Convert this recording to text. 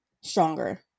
stronger